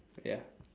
ya